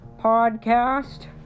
podcast